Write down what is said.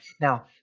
Now